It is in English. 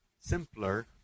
simpler